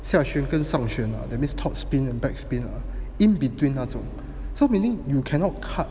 下旋跟上旋 lah that means top spin and back spin ah in between 那种 so meaning you cannot cut